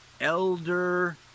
elder